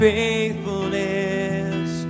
faithfulness